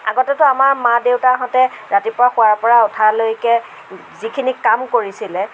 আগতেটো আমাৰ মা দেউতাহঁতে ৰাতিপুৱা শোৱাৰ পৰা উঠালৈকে যিখিনি কাম কৰিছিলে